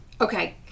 Okay